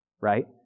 right